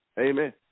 Amen